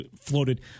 floated